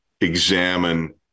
examine